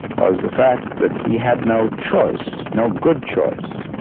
was the fact that he had no choice, no good choice,